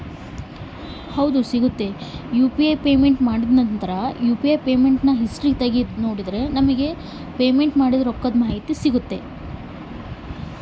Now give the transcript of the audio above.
UPI ನಾಗ ನಾನು payment ಮಾಡಿದ ರೊಕ್ಕದ ಮಾಹಿತಿ ಸಿಕ್ತದೆ ಏನ್ರಿ?